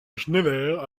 schneider